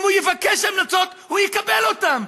אם הוא יבקש המלצות, הוא יקבל אותן.